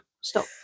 stop